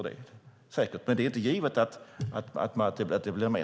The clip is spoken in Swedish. Det är inte givet att det blir mer.